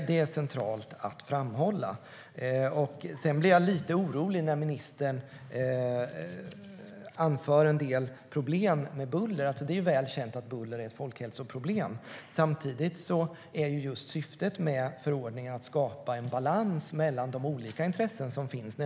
Det är centralt att framhålla. Jag blir lite orolig när ministern anför en del problem med buller. Det är väl känt att buller är ett folkhälsoproblem. Samtidigt är just syftet med förordningen att skapa en balans mellan de olika intressen som finns.